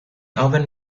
oven